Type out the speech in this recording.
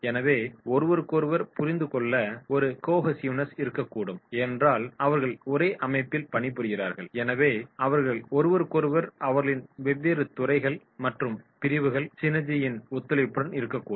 எனவே ஒருவருக்கொருவர் புரிந்துகொள்ள ஒரு கோஹெசிவ்னஸ் இருக்கக்கூடும் ஏனென்றால் அவர்கள் ஒரே அமைப்பில் பணிபுரிகிறார்கள் எனவே அவர்கள் ஒருவருக்கொருவர் அவர்களின் வெவ்வேறு துறைகள் மற்றும் பிரிவுகள் சினர்ஜீயின் ஒத்துழைப்புடன் இருக்கக்கூடும்